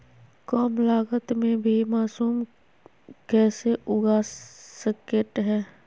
कम लगत मे भी मासूम कैसे उगा स्केट है?